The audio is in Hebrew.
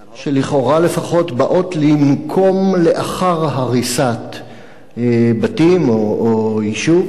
שלכאורה לפחות "באות" במקום לנקום לאחר הריסת בתים או יישוב,